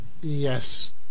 Yes